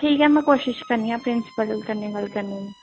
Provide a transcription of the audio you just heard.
ठीक ऐ मै कोशिश करनी आं प्रिंसिपल कन्नै गल्ल करने दी